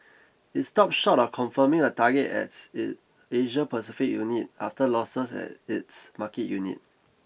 it stopped short of confirming a target at it Asia Pacific unit after losses at its market unit